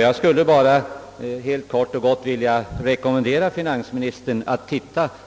Jag vill kort och gott rekommendera finansministern att se